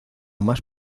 más